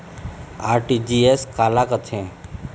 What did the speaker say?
RTGS काला कथें?